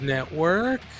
Network